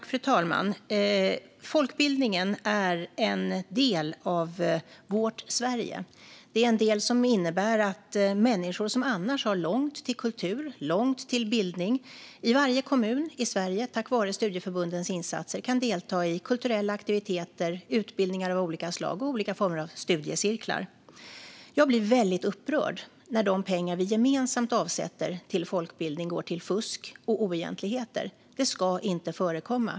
Fru talman! Folkbildningen är en del av vårt Sverige. Det är en del som innebär att människor som annars har långt till kultur och till bildning i varje kommun i Sverige, tack vare studieförbundens insatser, kan delta i kulturella aktiviteter, utbildningar av olika slag och olika former av studiecirklar. Jag blir väldigt upprörd när de pengar vi gemensamt avsätter till folkbildning går till fusk och oegentligheter. Det ska inte förekomma.